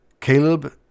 Caleb